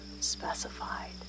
specified